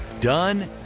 done